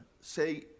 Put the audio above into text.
say